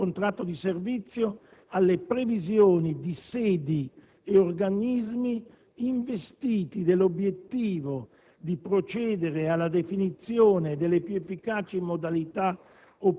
nel contratto di servizio, alle previsioni di sedi e organismi investiti dell'«obiettivo di procedere (...) alla definizione delle più efficaci modalità